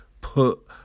put